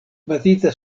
bazita